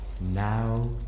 Now